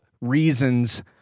reasons